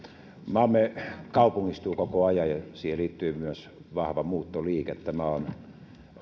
maamme kaupungistuu koko ajan ja siihen liittyy myös vahva muuttoliike tämä on